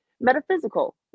Metaphysical